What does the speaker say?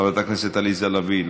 חברת הכנסת עליזה לביא,